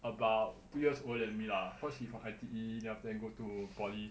about two years older than me lah cause she from I_T_E then after that then go to poly